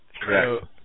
Correct